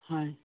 হয়